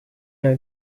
not